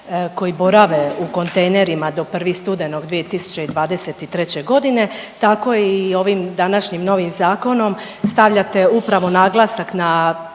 koji borave u kontejnerima do 1. studenog 2023. godine tako i ovim današnjim novim zakonom stavljate upravo naglasak na